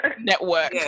network